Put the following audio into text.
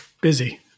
busy